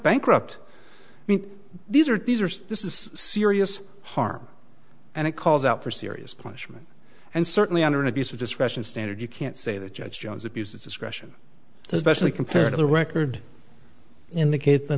bankrupt i mean these are these are so this is serious harm and it calls out for serious pleasure and certainly under an abuse of discretion standard you can't say that judge jones abuses discretion specially compared to the record in the case the